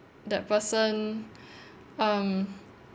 that person um